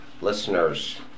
listeners